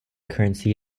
currency